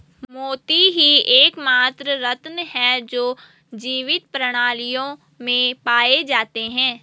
मोती ही एकमात्र रत्न है जो जीवित प्राणियों में पाए जाते है